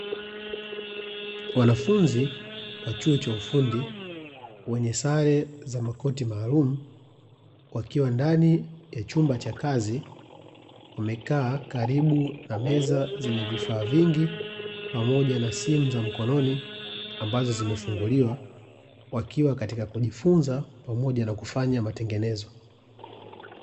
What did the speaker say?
Wanafunzi wa chuo cha ufundi, wenye sare za makoti maalumu, wakiwa ndani ya chumba cha kazi, wamekaa karibu na meza zenye vifaa vingi pamoja na simu za mkononi ambazo zimefunguliwa, wakiwa katika kujifunza pamoja na kufanya matengenezo.